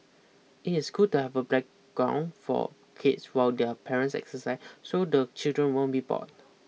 it is good to have a playground for kids while their parents exercise so the children won't be bored